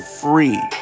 free